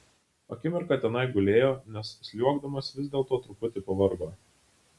akimirką tenai gulėjo nes sliuogdamas vis dėlto truputį pavargo